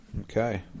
Okay